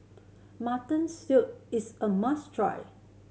Mutton Stew is a must try